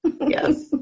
Yes